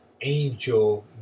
angel